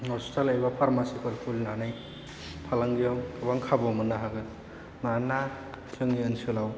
hospital एबा फार्मासिफोर खुलिनानै फालांगियाव गोबां खाबु मोननो हागोन मानोना जोंनि ओनसोलाव